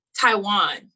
Taiwan